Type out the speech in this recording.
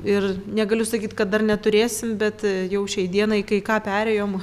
ir negaliu sakyt kad dar neturėsim bet jau šiai dienai kai ką perėjom